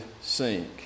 sink